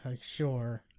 sure